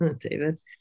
David